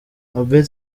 albert